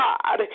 God